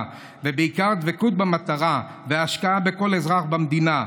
ובעיקר בדבקות במטרה ובהשקעה בכל אזרח במדינה,